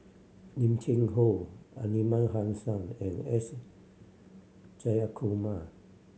Lim Cheng Hoe Aliman Hassan and S Jayakumar